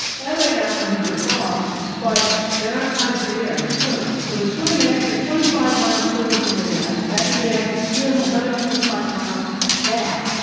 might not sound very far but they're not flying through the air, they're swimming. so they're swimming an extra twenty five miles further from their nest. that means they have to swim another twenty five miles back,